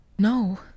No